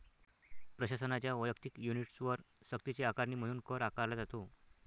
प्रशासनाच्या वैयक्तिक युनिट्सवर सक्तीची आकारणी म्हणून कर आकारला जातो